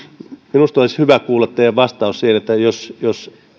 minusta olisi hyvä kuulla teidän vastauksenne siihen että jos jos